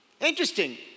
Interesting